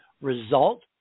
result